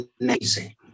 amazing